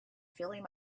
feeling